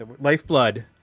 Lifeblood